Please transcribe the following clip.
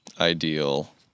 ideal